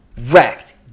Wrecked